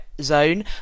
zone